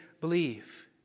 believe